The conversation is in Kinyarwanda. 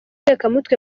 ubutekamutwe